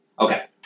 Okay